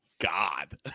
god